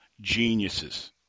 geniuses